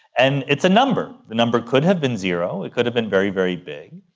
and it's a number. the number could have been zero, it could have been very, very big.